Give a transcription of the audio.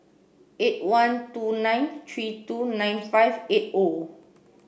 eight one two nine three two nine five eight O